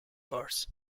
force